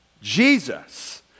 jesus